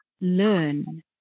learn